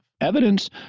Evidence